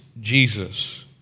Jesus